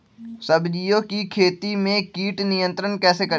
सब्जियों की खेती में कीट नियंत्रण कैसे करें?